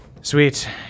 Sweet